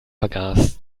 vergaß